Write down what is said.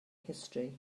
history